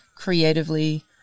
creatively